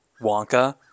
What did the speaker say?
Wonka